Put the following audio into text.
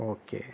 okay